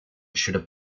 should